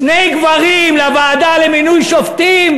שני גברים לוועדה למינוי שופטים.